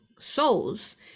souls